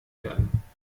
werden